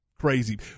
crazy